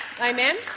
Amen